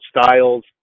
styles